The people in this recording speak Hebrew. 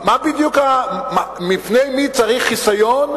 מה בדיוק, מפני מי צריך חיסיון,